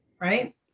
Right